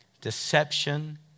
deception